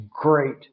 great